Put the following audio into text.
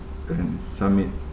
and submit